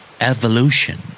Evolution